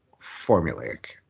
formulaic